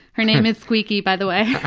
her name is squeaky, by the way.